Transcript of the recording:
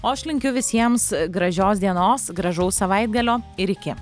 o aš linkiu visiems gražios dienos gražaus savaitgalio ir iki